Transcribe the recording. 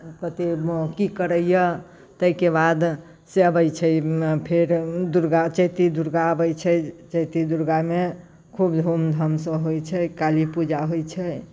कतेकमे की करैए ताहिके बादसँ अबैत छै फेर दुर्गा चैती दुर्गा अबैत छै चैती दुर्गामे खूब धूमधामसँ होइत छै काली पूजा होइत छै